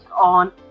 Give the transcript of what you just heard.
on